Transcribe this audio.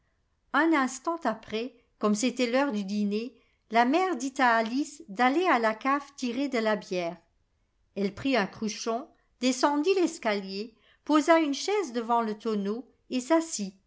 un instant après comme c'était l'heure du dîner la mère dit à alice d'aller à la cave tirer de la bière elle prit un cruchon descendit l'escalier posa une chaise devant le tonneau et s'assit